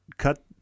cut